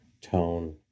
tone